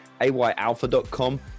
ayalpha.com